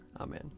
Amen